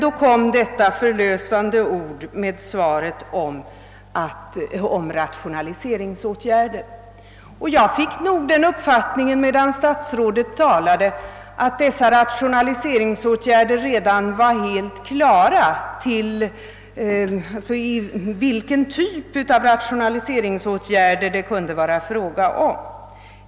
Då kom detta förlösande ord »rationaliseringsåtgärder». När statsrådet talade fick jag den uppfattningen att det redan var helt klart vilken typ av rationaliseringsåtgärder det kunde vara fråga om.